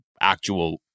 actual